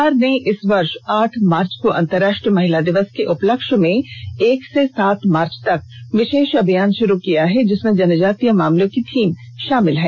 सरकार ने इस वर्ष आठ मार्च को अंतराष्ट्रीय महिला दिवस के उपलक्ष में एक से सात मार्च तक विषेष अभियान षुरू किया है जिसमें जनजातीय मामले की थीम भी षामिल है